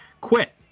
quit